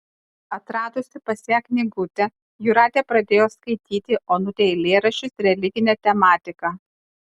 atradusi pas ją knygutę jūratė pradėjo skaityti onutei eilėraščius religine tematika